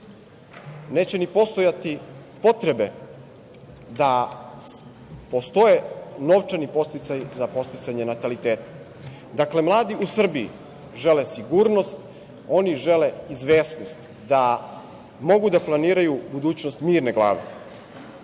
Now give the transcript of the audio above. neće ni postojati potrebe da postoje novčani podsticaji za podsticanje nataliteta. Dakle, mladi u Srbiji žele sigurnost, oni žele izvesnost da mogu da planiraju budućnost mirne glave,